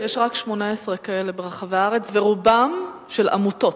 יש רק 18 כאלה ברחבי הארץ, ורובם של עמותות.